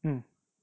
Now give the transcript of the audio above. mm